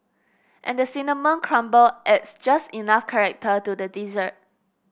and the cinnamon crumble adds just enough character to the dessert